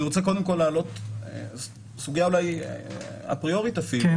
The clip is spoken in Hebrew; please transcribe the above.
אני רוצה קודם להעלות סוגיה אפריורית אפילו.